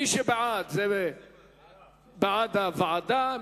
מי שבעד, הוא בעד הוועדה.